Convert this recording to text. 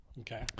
Okay